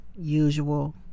usual